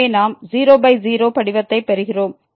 எனவே நாம் 00 படிவத்தைப் பெறுகிறோம்